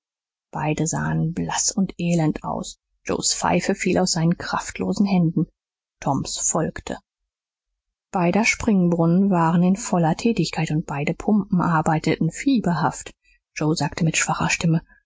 beide sahen blaß und elend aus joes pfeife fiel aus seinen kraftlosen händen toms folgte beider springbrunnen waren in voller tätigkeit und beider pumpen arbeiteten fieberhaft joe sagte mit schwacher stimme